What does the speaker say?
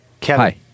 Kevin